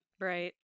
right